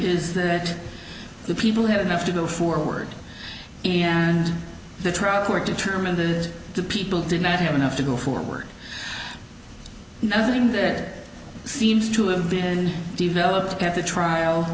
is that the people had enough to go forward and the trial court determined that the people did not have enough to go forward nothing that seems to have been developed at the trial